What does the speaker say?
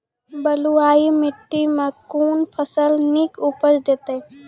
बलूआही माटि मे कून फसल नीक उपज देतै?